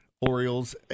Orioles